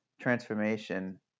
transformation